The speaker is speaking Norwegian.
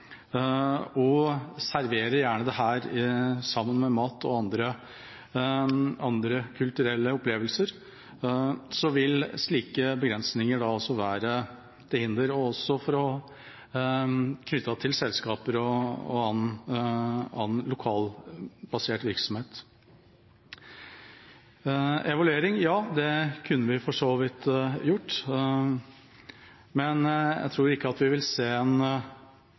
og som gjerne serverer produktene sammen med mat og andre kulturelle opplevelser. Slike begrensninger vil være til hinder, også knyttet til selskaper og annen lokalt basert virksomhet. Evaluering – ja, det kunne vi for så vidt gjort. Men jeg tror ikke at vi vil se en